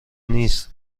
نیس